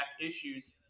issues